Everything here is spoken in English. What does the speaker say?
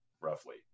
roughly